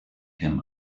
him